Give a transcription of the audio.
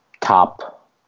top